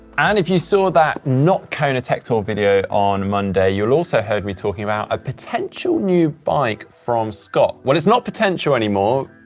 and if you saw that not kona tech tour video on monday, you'll also heard me talking about a potential new bike from scott. well, it's not potential anymore,